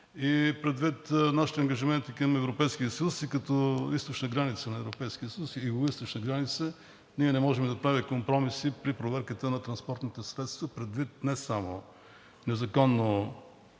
предвид нашите ангажименти към Европейския съюз, и като източна граница на Европейския съюз, и югоизточна граница, ние не можем да правим компромиси при проверката на транспортните средства предвид не само незаконно